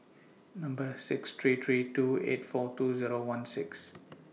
Number six three three two eight four two Zero one six